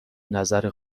نظر